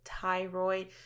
thyroid